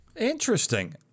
interesting